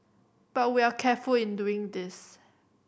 but we are careful in doing this